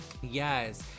Yes